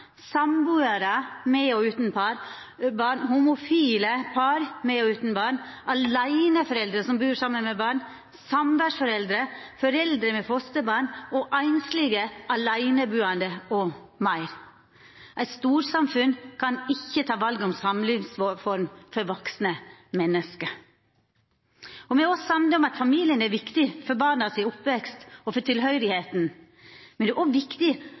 sambuarar med og utan barn, homofile par med og utan barn, aleineforeldre som bur saman med barn, samversforeldre, foreldre med fosterbarn og einslege aleinebuande m.m. Eit storsamfunn kan ikkje ta valet om samlivsform for vaksne menneske. Me er òg einige om at familien er viktig for barnas oppvekst og for tilhøyrselen. Det er òg viktig